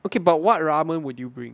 okay but what ramen would you bring